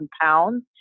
pounds